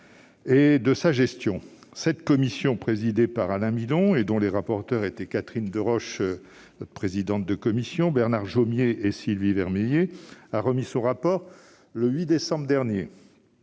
et de sa gestion. Cette commission, présidée par Alain Milon et dont les rapporteurs étaient Catherine Deroche, présidente de la commission des affaires sociales, Bernard Jomier et Sylvie Vermeillet, a remis son rapport le 8 décembre dernier.